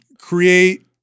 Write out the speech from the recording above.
create